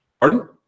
Pardon